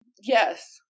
Yes